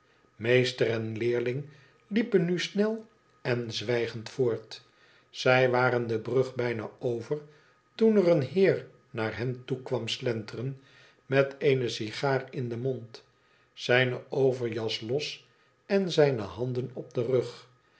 meester en leerling liepen nu snel en zwijgend voort zij waren de brug bijna over toen er een heer naar hen toe kwam slenteren met eene sigaar in den mond zijne overjas los en zijne handen op den rug